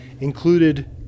included